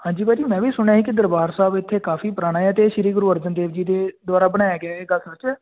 ਹਾਂਜੀ ਭਾਅ ਜੀ ਮੈਂ ਵੀ ਸੁਣਿਆ ਸੀ ਕਿ ਦਰਬਾਰ ਸਾਹਿਬ ਇੱਥੇ ਕਾਫ਼ੀ ਪੁਰਾਣਾ ਆ ਅਤੇ ਸ਼੍ਰੀ ਗੁਰੂ ਅਰਜਨ ਦੇਵ ਜੀ ਦੇ ਦੁਆਰਾ ਬਣਾਇਆ ਗਿਆ ਇਹ ਗੱਲ ਸੱਚ ਹੈ